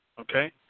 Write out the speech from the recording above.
okay